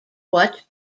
what